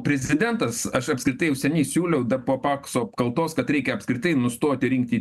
prezidentas aš apskritai jau seniai siūliau dar po pakso apkaltos kad reikia apskritai nustoti rinkti